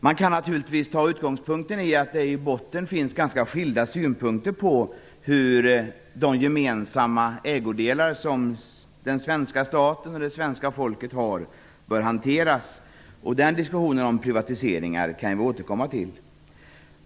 Man kan naturligtvis ta till utgångspunkt att det i botten finns ganska skilda synpunkter på hur de gemensamma ägodelar som den svenska staten och det svenska folket har bör hanteras. Den diskussionen om privatiseringar kan vi återkomma till.